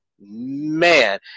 man